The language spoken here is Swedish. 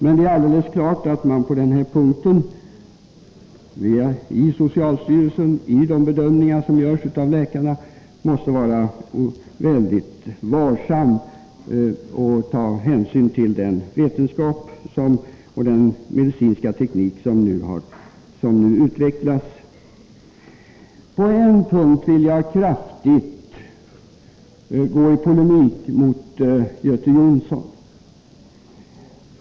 Men det är alldeles klart att man i socialstyrelsen och i de bedömningar som görs av läkarna på den här punkten måste vara mycket varsam och ta hänsyn till den vetenskap och den medicinska teknik som nu utvecklas. På en punkt vill jag kraftigt gå i polemik med Göte Jonsson.